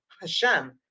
Hashem